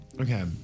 okay